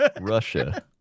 Russia